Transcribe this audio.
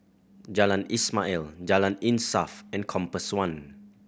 Jalan Ismail Jalan Insaf and Compass One